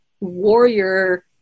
warrior